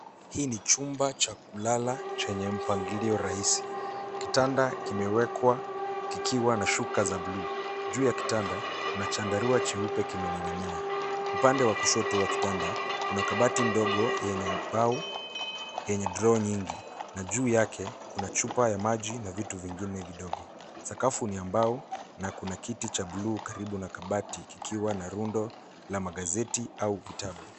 Hii ni chumba cha kulala chenye mpangilio rahisi. Kitanda kiwekwa kikiwa na shuka za buluu. Juu ya kitanda, kuna chandarua cheupe kimening'inia. Upande wa kushoto wa kitanda, kuna kabati ndogo yenye mbao yenye draw nyingi na juu yake kuna chupa ya maji na vitu vingine vidogo. Sakafu ni ya mbao na kuna kiti cha buluu karibu na kabati kikiwa na rundo la magazeti au vitabu.